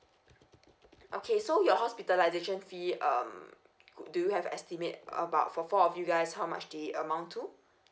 okay so your hospitalisation fee um could do you have a estimate about for four of you guys how much they amount to